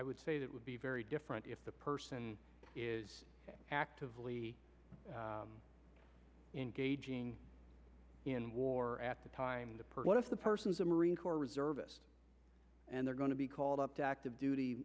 i would say that would be very different if the person is actively engaging in war at the time what if the person's a marine corps reservist and they're going to be called up to active duty